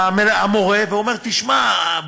המורה ואומר: תשמע,